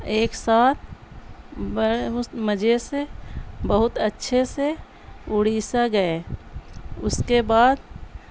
ایک ساتھ بڑے مجے سے بہت اچھے سے اڑیسہ گئے اس کے بعد